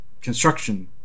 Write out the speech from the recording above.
construction